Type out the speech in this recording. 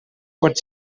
pot